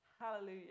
Hallelujah